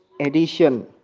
edition